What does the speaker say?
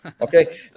okay